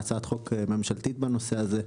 להצעת חוק ממשלתית בנושא הזה.